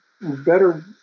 better